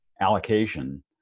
allocation